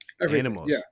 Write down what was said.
animals